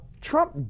Trump